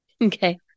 Okay